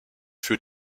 für